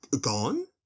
gone